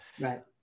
Right